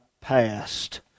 past